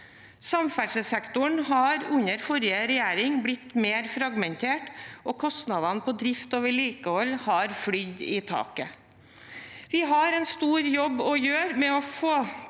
Samferdselssektoren har under forrige regjering blitt mer fragmentert, og kostnadene på drift og vedlikehold har flydd i taket. Vi har en stor jobb å gjøre med å få